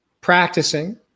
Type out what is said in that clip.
practicing